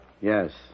Yes